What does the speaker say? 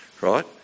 right